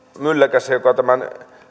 mylläkässä joka tämän